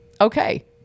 okay